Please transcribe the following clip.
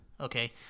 Okay